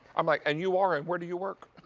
um like and you are? and where do you work?